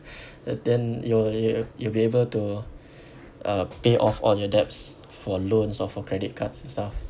uh then you'll you you'll be able to uh pay off all your debts for loans or for credit cards and stuff